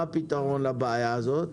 מה הפתרון לבעיה הזאת?